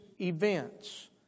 events